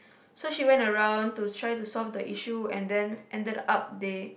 so she went around to try to solve the issue and then ended up they